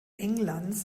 englands